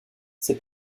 ses